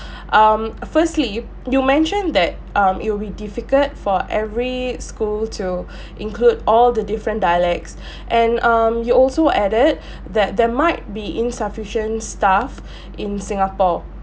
um firstly you mentioned that um it will be difficult for every school to include all the different dialects and um you also added that there might be insufficient staff in singapore